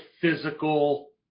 physical